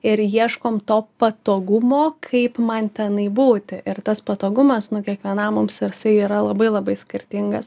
ir ieškom to patogumo kaip man tenai būti ir tas patogumas nu kiekvienam mums jisai yra labai labai skirtingas